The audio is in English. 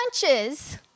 punches